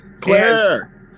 Claire